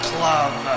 Club